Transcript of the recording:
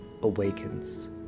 awakens